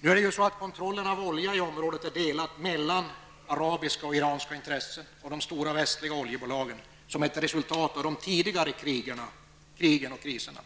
Nu är det ju så att som ett resultat av de tidigare kriserna och krigen kontrollen av olja i området är delad mellan arabiska och iranska intressen å ena sidan och de stora västliga oljebolagen å andra sidan.